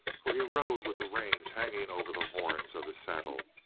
for he rode with the reins hanging over the horns of his saddle.